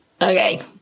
Okay